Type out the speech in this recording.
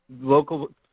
local